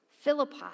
Philippi